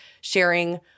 sharing